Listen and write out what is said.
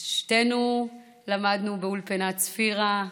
שתינו למדנו באולפנת צפירה,